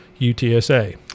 UTSA